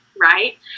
right